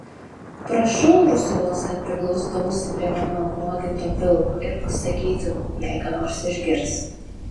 prašau ursulos kad priglaustų ausį prie mano apnuoginto pilvo ir pasakytų jei ką nors išgirs